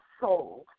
sold